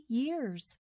years